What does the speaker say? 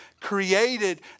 created